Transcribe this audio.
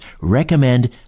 recommend